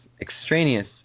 extraneous